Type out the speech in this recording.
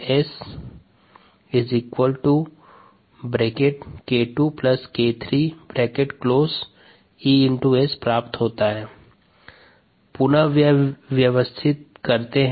ES को उभयनिष्ठ लेने पर k1EtSk2k3k1SES प्राप्त होता है